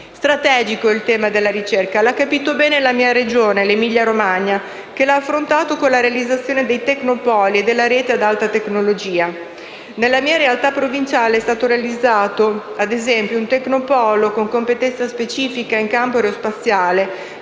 Strategico è il tema della ricerca. L'ha capito bene la mia Regione, l'Emilia-Romagna, che l'ha affrontato con la realizzazione dei tecnopoli e della rete ad alta tecnologia. Nella mia realtà provinciale è stato realizzato, ad esempio, un tecnopolo con competenza specifica in campo aerospaziale